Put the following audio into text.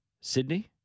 Sydney